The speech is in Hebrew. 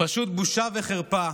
פשוט בושה וחרפה.